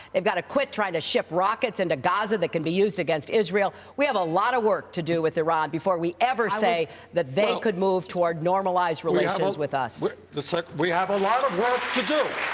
they have got to quit trying to ship rockets into gaza that can be used against israel. we have a lot of work to do with iran before we ever say that they could move toward normalized relations with us. sanders so we have a lot of work to do.